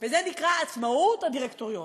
וזה נקרא עצמאות הדירקטוריון.